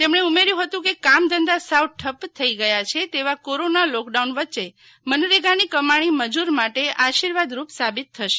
તેમણે ઉમેર્યું હતું કે કામ ધંધા સાવ ઠપ્પ થઈ ગયા છે તેવા કોરોના લોક ડાઉન વચ્ચે મનરેગા ની કમાણી મજૂર માટે આશીર્વાદરૂપ સાબિત થશે